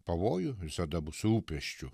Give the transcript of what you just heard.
pavojų visada bus rūpesčių